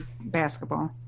basketball